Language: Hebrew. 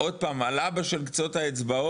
עוד פעם, על אבא של קצות האצבעות